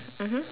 mmhmm